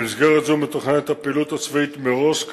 במסגרת זאת מתוכננת הפעילות הצבאית מראש,